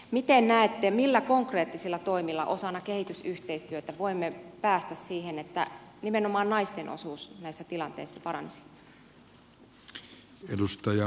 miten näette millä konkreettisilla toimilla osana kehitysyhteistyötä voimme päästä siihen että nimenomaan naisten osuus näissä tilanteissa paranisi